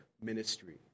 ministry